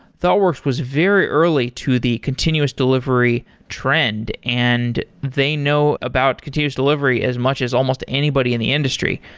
thoughtworks was very early to the continuous delivery trend and they know about continues delivery as much as almost anybody in the industry.